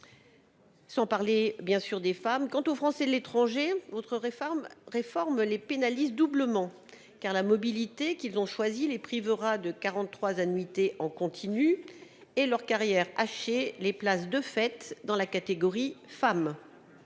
ne parle pas des femmes ... Quant aux Français de l'étranger, votre réforme les pénalise doublement : la mobilité, qu'ils ont choisie, les privera de 43 annuités en continu et leur carrière hachée les place de fait dans la catégorie « femmes